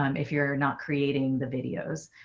um if you're not creating the videos,